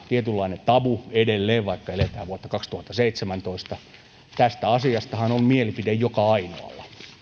tietynlainen tabu edelleen vaikka eletään vuotta kaksituhattaseitsemäntoista tästä asiastahan on mielipide joka ainoalla